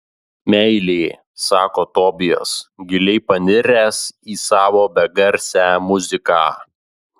meilė sako tobijas giliai paniręs į savo begarsę muziką